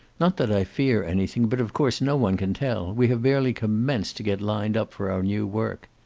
not that i fear anything, but of course no one can tell. we have barely commenced to get lined up for our new work.